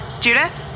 Judith